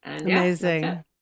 Amazing